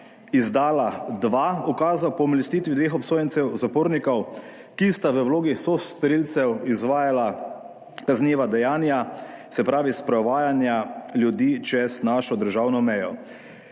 izdala dva ukaza o pomilostitvi dveh obsojencev, zapornikov, ki sta v vlogi sostorilcev izvajala kazniva dejanja, se pravi, sprovajanja ljudi čez našo državno mejo.